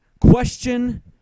question